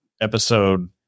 episode